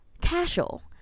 Casual